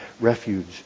refuge